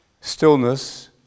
Stillness